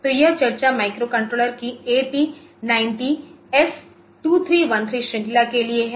तो यह चर्चा माइक्रोकंट्रोलर्स की AT90S2313 श्रृंखला के लिए है